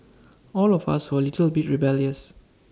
all of us were A little bit rebellious